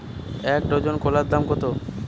এক ডজন কলার দাম কত?